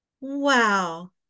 wow